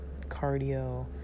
cardio